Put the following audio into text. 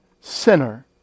sinner